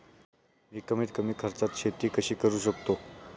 मी कमीत कमी खर्चात शेती कशी करू शकतो?